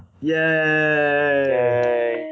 Yay